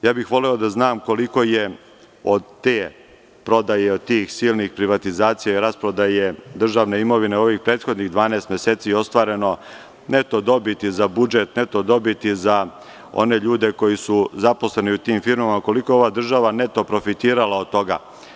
Voleo bih da znam koliko je od te prodaje, od tih silnih privatizacija i rasprodaje državne imovine u ovih prethodnih 12 meseci ostvareno neto dobiti za budžet, neto dobiti za one ljude koji su zaposleni u tim firmama, koliko je ova država neto profitirala od toga.